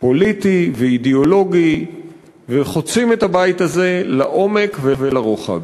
פוליטי ואידיאולוגי וחוצים את הבית הזה לעומק ולרוחב.